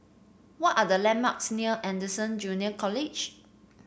what are the landmarks near Anderson Junior College